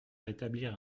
rétablir